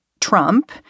Trump